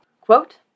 Quote